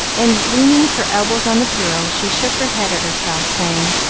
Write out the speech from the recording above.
and, leaning her elbows on the bureau, she shook her head at herself, saying,